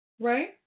Right